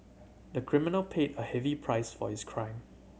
the criminal paid a heavy price for his crime